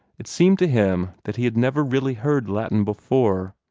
it seemed to him that he had never really heard latin before.